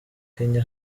kenya